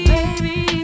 baby